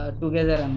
together